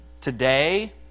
today